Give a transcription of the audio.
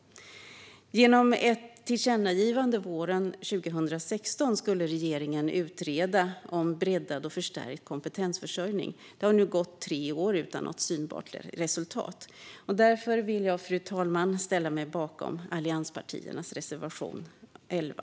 Genom ett tillkännagivande våren 2016 skulle regeringen utreda breddad och förstärkt kompetensförsörjning. Det har nu gått tre år utan något synbart resultat. Fru talman! Därför yrkar jag bifall till allianspartiernas reservation 11.